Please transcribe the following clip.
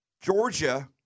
Georgia